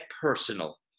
personal